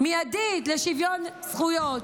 מיידית לשוויון זכויות.